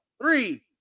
three